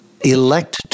elect